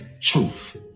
truth